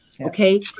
okay